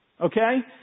okay